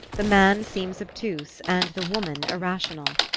the man seems obtuse and the woman irrational.